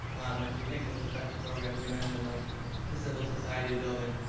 and do you think with respect to programs you mentioned like the civil society building,